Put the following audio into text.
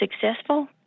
successful